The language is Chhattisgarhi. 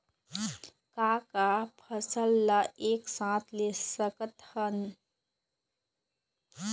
का का फसल ला एक साथ ले सकत हन?